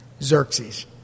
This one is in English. Xerxes